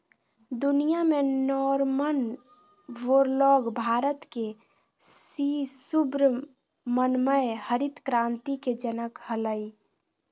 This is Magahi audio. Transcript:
दुनिया में नॉरमन वोरलॉग भारत के सी सुब्रमण्यम हरित क्रांति के जनक हलई